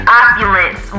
opulence